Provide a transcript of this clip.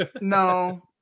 no